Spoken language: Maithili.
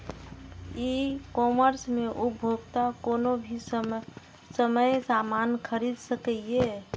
ई कॉमर्स मे उपभोक्ता कोनो भी समय सामान खरीद सकैए